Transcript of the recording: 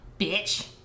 Bitch